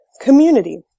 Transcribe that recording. community